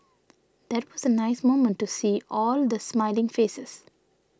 that was a nice moment to see all the smiling faces